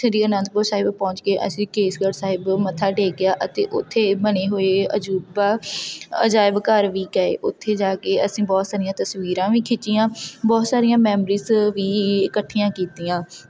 ਸ਼੍ਰੀ ਅਨੰਦਪੁਰ ਸਾਹਿਬ ਪਹੁੰਚ ਕੇ ਅਸੀਂ ਕੇਸਗੜ੍ਹ ਸਾਹਿਬ ਮੱਥਾ ਟੇਕਿਆ ਅਤੇ ਉੱਥੇ ਬਣੇ ਹੋਏ ਅਜੂਬਾ ਅਜਾਇਬ ਘਰ ਵੀ ਗਏ ਉੱਥੇ ਜਾ ਕੇ ਅਸੀਂ ਬਹੁਤ ਸਾਰੀਆਂ ਤਸਵੀਰਾਂ ਵੀ ਖਿੱਚੀਆਂ ਬਹੁਤ ਸਾਰੀਆਂ ਮੈਮਰੀਜ਼ ਵੀ ਇਕੱਠੀਆਂ ਕੀਤੀਆਂ